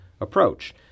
approach